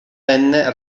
venne